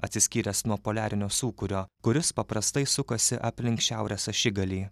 atsiskyręs nuo poliarinio sūkurio kuris paprastai sukasi aplink šiaurės ašigalį